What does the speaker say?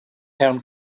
herrn